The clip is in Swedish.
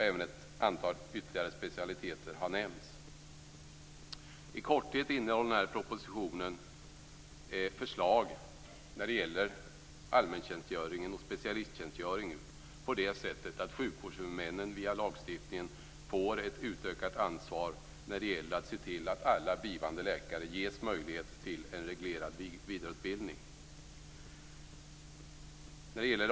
Även ytterligare ett antal specialiteter har nämnts. I korthet innehåller propositionen förslag om allmäntjänstgöringen och specialisttjänstgöringen på det sättet att sjukvårdshuvudmännen via lagstiftningen får ett utökat ansvar när det gäller att se till att alla blivande läkare ges möjlighet till en reglerad vidareutbildning.